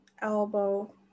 elbow